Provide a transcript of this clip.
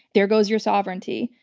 there goes your sovereignty.